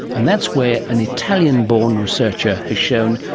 and that's where an italian-born researcher has shown,